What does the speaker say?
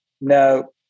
no